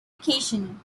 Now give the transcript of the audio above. occasion